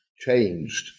changed